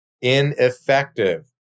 ineffective